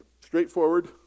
straightforward